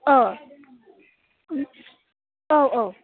अ औ औ